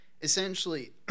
essentially